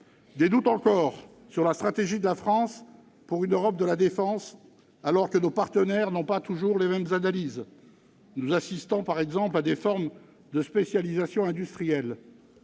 des doutes encore sur la stratégie de la France pour une Europe de la défense, alors que nos partenaires n'ont pas toujours les mêmes analyses. Nous assistons par exemple à des formes de spécialisations industrielles.